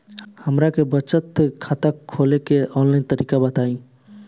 हमरा के बचत खाता खोले के आन लाइन तरीका बताईं?